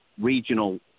regional